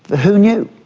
who knew?